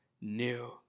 new